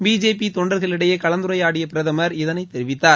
BJP தொண்டர்களிடையே கலந்துரையாடிய பிரதமர் இதனை தெரிவித்தார்